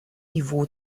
niveau